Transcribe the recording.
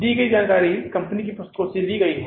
दी गई जानकारी कंपनी की पुस्तकों से ली गई है